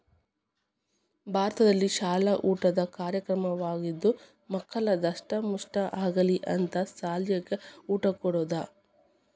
ಭಾರತದಲ್ಲಿಶಾಲ ಊಟದ ಕಾರ್ಯಕ್ರಮವಾಗಿದ್ದು ಮಕ್ಕಳು ದಸ್ಟಮುಷ್ಠ ಆಗಲಿ ಅಂತ ಸಾಲ್ಯಾಗ ಊಟ ಕೊಡುದ